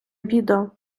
бідо